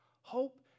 Hope